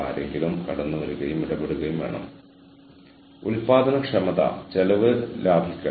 അല്ലെങ്കിൽ രണ്ട് വ്യത്യസ്ത ദിശകളിലേക്ക് വലിക്കുന്ന ഒരു പ്രശ്നത്തിന്റെ ശക്തമായ രണ്ട് വശങ്ങൾ അതിനെ ഒരു വിരോധാഭാസം എന്ന് വിളിക്കുന്നു